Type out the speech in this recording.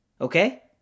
Okay